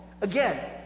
Again